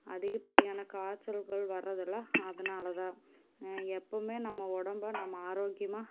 அதிகப்படியான காய்ச்சல்கள் வரதில்ல அதனால தான் எப்புவுமே நம்ம உடம்ப நம்ம ஆரோக்கியமாக